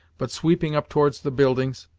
but sweeping up towards the buildings,